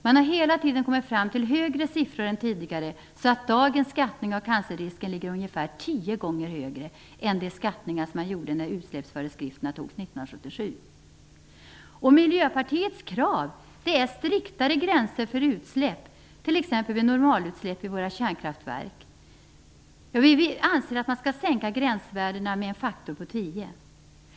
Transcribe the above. Man har hela tiden kommit fram till högre siffror än tidigare så att dagens skattning av cancerrisken ligger ungefär 10 gånger högre än de skattningar som man gjorde när utsläppsföreskrifterna togs Miljöpartiets krav är striktare gränser för utsläpp, t.ex. vid normalutsläpp i våra kärnkraftverk. Vi anser att gränsvärdena skall sänkas med en faktor på 10.